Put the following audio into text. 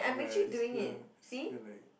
ya I just feel just feel like